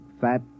fat